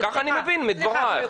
ככה אני מבין מדברייך.